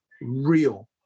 real